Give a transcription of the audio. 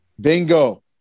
Bingo